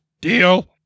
deal